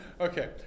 Okay